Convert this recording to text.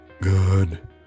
Good